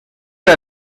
der